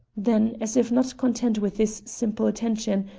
then, as if not content with this simple attention,